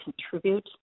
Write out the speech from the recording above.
contribute